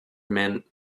men